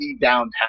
downtown